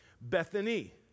Bethany